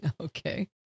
Okay